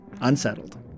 Unsettled